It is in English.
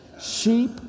Sheep